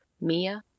Mia